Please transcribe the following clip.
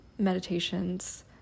meditations